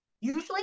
usually